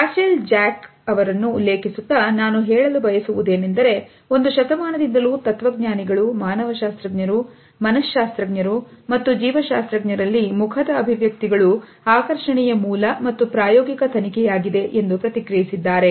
Rachel Jack ಅವರನ್ನು ಉಲ್ಲೇಖಿಸುತ್ತಾ ನಾನು ಹೇಳಲು ಬಯಸುವುದೇನೆಂದರೆ ಒಂದು ಶತಮಾನದಿಂದಲೂ ತತ್ವಜ್ಞಾನಿಗಳು ಮಾನವಶಾಸ್ತ್ರಜ್ಞರು ಮನಶಾಸ್ತ್ರಜ್ಞರು ಮತ್ತು ಜೀವಶಾಸ್ತ್ರಜ್ಞ ರಲ್ಲಿಮುಖದ ಅಭಿವ್ಯಕ್ತಿಗಳುಆಕರ್ಷಣೆಯ ಮೂಲ ಮತ್ತು ಪ್ರಾಯೋಗಿಕ ತನಿಕೆಯಾಗಿದೆ ಎಂದು ಪ್ರತಿಕ್ರಿಯಿಸಿದ್ದಾರೆ